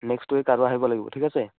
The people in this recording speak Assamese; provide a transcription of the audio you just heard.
নেক্সট ৱিক আৰু আহিব লাগিব ঠিক আছে